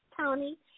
Tony